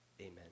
amen